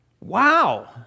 Wow